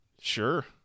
Sure